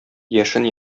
яшен